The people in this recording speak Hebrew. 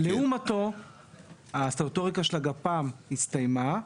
לעומתו הסטטוטוריקה של הגפ"מ הסתיימה,